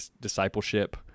discipleship